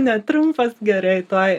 ne trumpas gerai tuoj